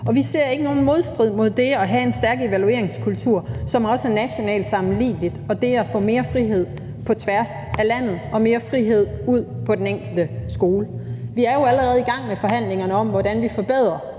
Vi ser ikke nogen modstrid mellem det at have en stærk evalueringskultur, som også er nationalt sammenlignelig, og det at få mere frihed på tværs af landet og mere frihed ud på den enkelte skole. Vi er jo allerede i gang med forhandlingerne om, hvordan vi forbedrer